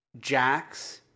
Jack's